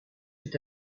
fut